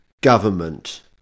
government